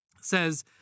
says